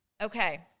Okay